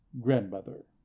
grandmother